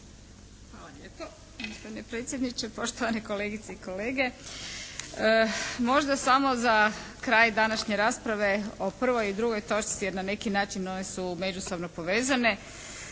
Hvala lijepo gospodine predsjedniče. Poštovane kolegice i kolege. Možda samo za kraj današnje rasprave o prvoj i drugoj točci jer na neki način one su međusobno povezane,